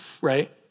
Right